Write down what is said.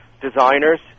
designers